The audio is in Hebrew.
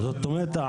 זאת אומרת,